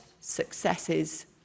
successes